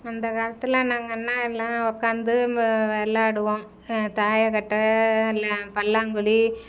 அந்த காலத்தில் நாங்கன்னால் எல்லாம் உக்காந்து ம விளாடுவோம் தாயக்கட்டை எல்லாம் பல்லாங்குழி